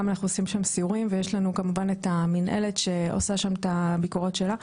אנחנו עושים שם סיורים ויש לנו את המנהלת שעושה את הביקורות שלה.